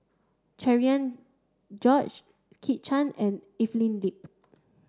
Cherian George Kit Chan and Evelyn Lip